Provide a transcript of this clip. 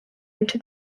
into